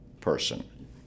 person